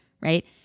Right